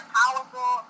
powerful